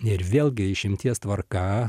ir vėlgi išimties tvarka